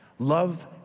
Love